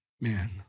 Man